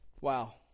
Wow